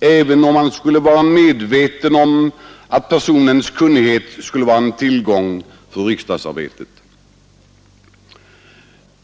även då man är medveten om att vederbörandes kunnighet skulle vara en tillgång i riksdagsarbetet.